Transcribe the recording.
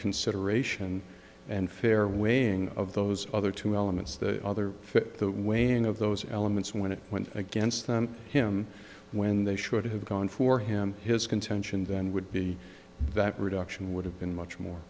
consideration and fair weighing of those other two elements the other the weighing of those elements when it went against him when they should have gone for him his contention then would be that reduction would have been much more